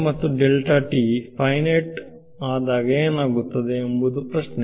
ಮತ್ತು ಫೈನೈಟ್ ಆದಾಗ ಏನಾಗುತ್ತದೆ ಎಂಬುದು ಪ್ರಶ್ನೆ